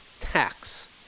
tax